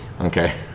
Okay